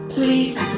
Please